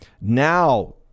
Now